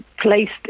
placed